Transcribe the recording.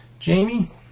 Jamie